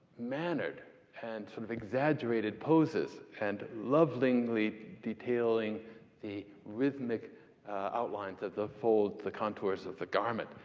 mannered and sort of exaggerated poses, and lovingly detailing the rhythmic outlines of the folds, the contours of the garment.